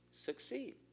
succeed